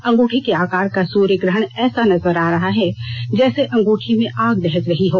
अंगूठी के आकार का सूर्य ग्रहण ऐसा नजर आता है जैसे अंगूठी में आग दहक रही हो